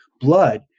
blood